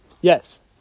Yes